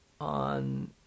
on